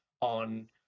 on